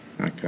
Okay